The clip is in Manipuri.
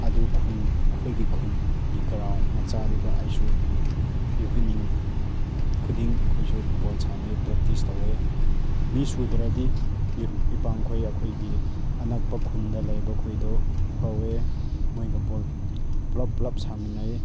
ꯑꯗꯨ ꯈꯨꯟ ꯑꯩꯈꯣꯏꯒꯤ ꯈꯨꯟꯒꯤ ꯒ꯭ꯔꯥꯎꯟ ꯃꯆꯥꯗꯨꯗ ꯑꯩꯁꯨ ꯏꯕꯤꯅꯤꯡ ꯈꯨꯗꯤꯡ ꯑꯩꯈꯣꯏꯁꯨ ꯕꯣꯜ ꯁꯥꯟꯅꯩ ꯄ꯭ꯔꯦꯛꯇꯤꯁ ꯇꯧꯋꯦ ꯃꯤ ꯁꯨꯗ꯭ꯔꯗꯤ ꯏꯔꯨꯞ ꯃꯄꯥꯡꯈꯣꯏ ꯑꯩꯈꯣꯏꯒꯤ ꯑꯅꯛꯄ ꯈꯨꯟꯗ ꯂꯩꯕ ꯈꯣꯏꯗꯣ ꯀꯧꯋꯦ ꯃꯣꯏꯒ ꯕꯣꯜ ꯄꯨꯂꯞ ꯄꯨꯂꯞ ꯁꯥꯟꯅꯃꯤꯟꯅꯩ